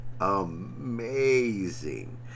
amazing